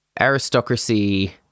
aristocracy